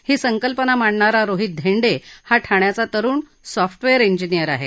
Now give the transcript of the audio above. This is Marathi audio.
ही संकल्पना मांडणारा रोहित धेंडे हा ठाण्याचा तरुण सॉफ्टवेअर जिनीअर आहे